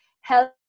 help